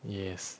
yes